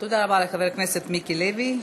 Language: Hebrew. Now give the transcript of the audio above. תודה רבה לחבר הכנסת מיקי לוי.